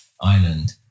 island